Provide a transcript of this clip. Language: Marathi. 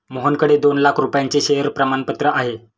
मोहनकडे दोन लाख रुपयांचे शेअर प्रमाणपत्र आहे